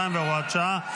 72 והוראת שעה),